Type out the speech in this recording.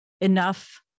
enough